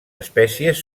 espècies